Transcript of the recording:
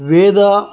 वेद